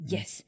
Yes